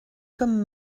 comme